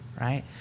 right